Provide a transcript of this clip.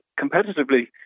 competitively